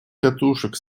катушек